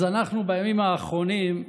אז בימים האחרונים,